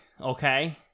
okay